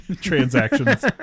Transactions